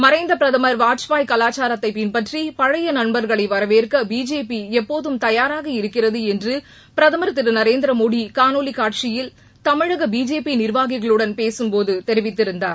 மறைந்த பிரதம் வாஜ்பாய் கவாச்சாரத்தை பின்பற்றி பழைய நண்பர்களை வரவேற்க பிஜேபி எப்போதும் தயாராக இருக்கிறது என்று பிரதம் திரு நரேந்திரமோடி காணோலி காட்சியில் தமிழக பிஜேபி நிர்வாகிகளுடன் பேசும்போது தெரிவித்திருந்தார்